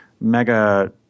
Mega